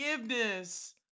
Forgiveness